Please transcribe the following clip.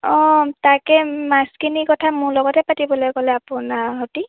অঁ তাকে মাছখিনিৰ কথা মোৰ লগতে পাতিবলৈ ক'লে আপোনাৰ সৈতে